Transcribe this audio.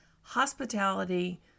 hospitality